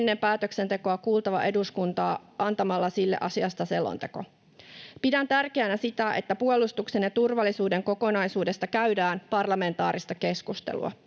ennen päätöksentekoa kuultava eduskuntaa antamalla sille asiasta selonteko. Pidän tärkeänä sitä, että puolustuksen ja turvallisuuden kokonaisuudesta käydään parlamentaarista keskustelua.